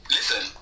Listen